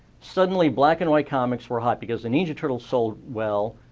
suddenly black and white comics were hot, because the ninja turtles sold well.